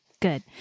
Good